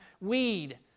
weed